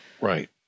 Right